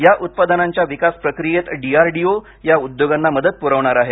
या उत्पादनांच्या विकास प्रक्रियेत डी आर डी ओ या उद्योगांना मदत पुरवणार आहे